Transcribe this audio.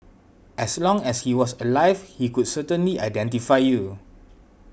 as long as he was alive he could certainly identify you